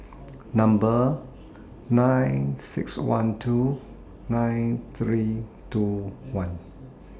Number nine six one two nine three two one